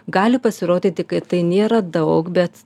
gali pasirodyti kad tai nėra daug bet